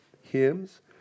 hymns